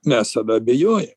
mes tada abejoja